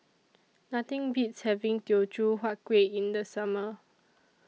Nothing Beats having Teochew Huat Kueh in The Summer